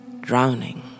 Drowning